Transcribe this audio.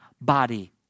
body